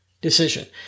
decision